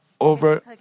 over